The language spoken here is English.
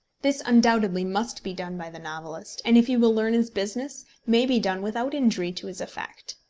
this undoubtedly must be done by the novelist and if he will learn his business, may be done without injury to his effect.